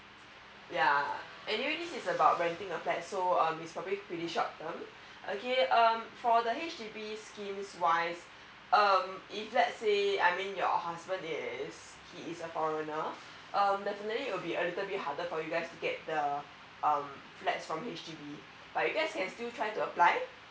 yeah anyway this is about renting a flat so um it's probably pretty short term okay um for the H_D_B scheme's wise err if let's say I mean your husband is he is a foreigner um definitely will be a little bit harder for you guys to get the um flats from H_D_B but you guys can still try to apply